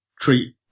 treat